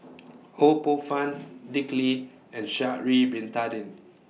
Ho Poh Fun Dick Lee and Sha'Ari Bin Tadin